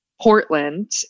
Portland